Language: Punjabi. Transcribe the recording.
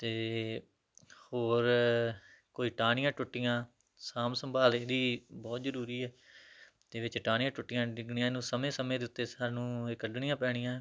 ਅਤੇ ਹੋਰ ਕੋਈ ਟਾਹਣੀਆਂ ਟੁੱਟੀਆਂ ਸਾਂਭ ਸੰਭਾਲ ਇਹਦੀ ਬਹੁਤ ਜ਼ਰੂਰੀ ਹੈ ਜੇ ਵਿੱਚ ਟਾਹਣੀਆਂ ਟੁੱਟੀਆਂ ਡਿੱਗਣੀਆਂ ਇਹਨੂੰ ਸਮੇਂ ਸਮੇਂ ਦੇ ਉੱਤੇ ਸਾਨੂੰ ਇਹ ਕੱਢਣੀਆਂ ਪੈਣੀਆਂ